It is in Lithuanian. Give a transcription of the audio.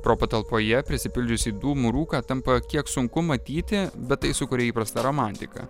pro patalpoje prisipildžiusį dūmų rūką tampa kiek sunku matyti bet tai sukuria įprastą romantiką